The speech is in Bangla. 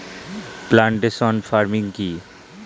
প্লান্টেশন ফার্মিং কি?